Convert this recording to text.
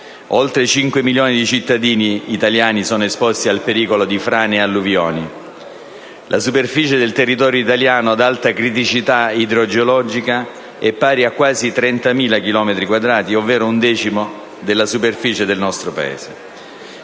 oltre 5 milioni di cittadini italiani sono esposti al pericolo di frane e alluvioni; la superficie del territorio italiano ad alta criticità idrogeologica è pari a quasi 30.000 chilometri quadrati, ovvero un decimo della superficie del nostro Paese.